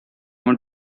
one